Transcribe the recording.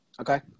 Okay